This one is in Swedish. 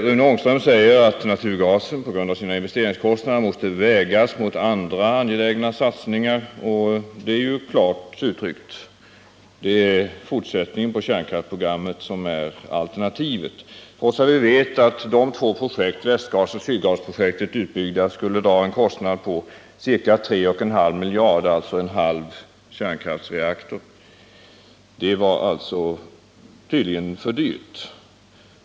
Rune Ångström säger att naturgasen på grund av investeringskostnaderna måste vägas mot andra angelägna satsningar. Det är ju klart uttryckt. Det är fortsättningen på kärnkraftsprogrammet som är alternativet. De två projekt som diskuteras — Västgasoch Sydgasprojekten — skulle utbyggda dra en kostnad på ca tre och en halv miljard, alltså en halv kärnkraftreaktor. Det var alltså tydligen för dyrt.